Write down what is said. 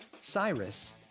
Cyrus